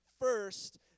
first